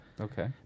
okay